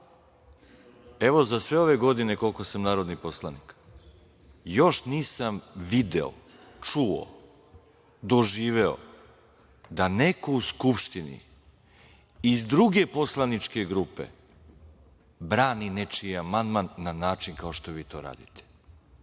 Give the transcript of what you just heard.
za sve ove godine koliko sam narodni poslanik, još nisam video, čuo, doživeo da neko u Skupštini iz druge poslaničke grupe brani nečiji amandman na način kao što vi to radite.